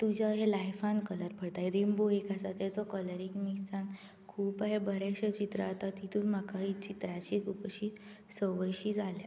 तुज्या लाय्फान कलर भरता रॅन्बो एक आसा तेजो कलर चित्रांची संवय शी जाल्या